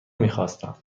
میخواستم